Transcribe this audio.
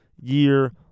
year